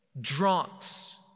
drunks